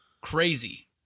Crazy